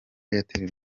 airtel